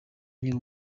nkiri